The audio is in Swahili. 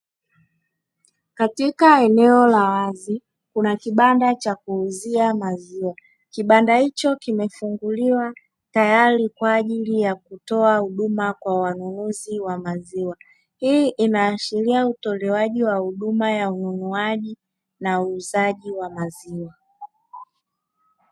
Katika eneo la wazi kuna kibanda cha kuuzia maziwa, kibanda hicho kimefunguliwa tayari kwaajili ya kutoa huduma kwa wanunuzi wa maziwa , hii inaashiria utolewaji wa huduma ya ununuaji na uuzaji wa maziwa.